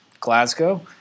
Glasgow